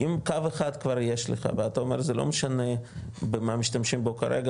אם קו אחד כבר יש לך ואתה אומר זה לא משנה במה משתמשים בו כרגע,